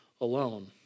alone